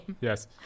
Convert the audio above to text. Yes